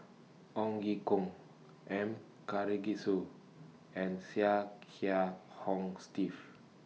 Ong Ye Kung M Karthigesu and Chia Kiah Hong Steve